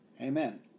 Amen